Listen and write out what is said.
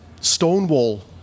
Stonewall